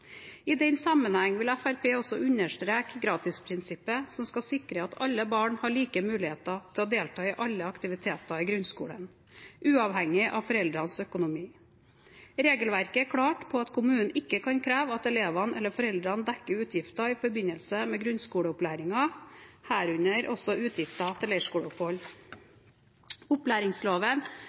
I den sammenheng vil Fremskrittspartiet også understreke gratisprinsippet, som skal sikre at alle barn har like muligheter til å delta i alle aktiviteter i grunnskolen, uavhengig av foreldrenes økonomi. Regelverket er klart på at kommunen ikke kan kreve at elevene eller foreldrene dekker utgifter i forbindelse med grunnskoleopplæringen, herunder også utgifter til leirskoleopphold. Opplæringsloven